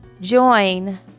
join